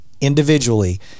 individually